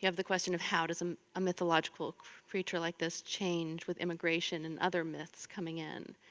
you have the question of how does um a mythological creature like this change with immigration and other myths coming in.